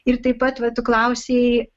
ir taip pat va tu klausei